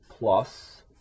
plus